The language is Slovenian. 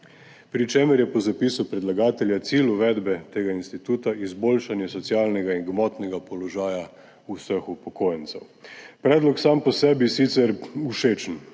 pri čemer je po zapisu predlagatelja cilj uvedbe tega instituta izboljšanje socialnega in gmotnega položaja vseh upokojencev. Predlog je sam po sebi sicer všečen.